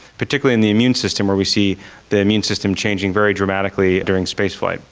particularly in the immune system where we see the immune system changing very dramatically during space flight.